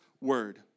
word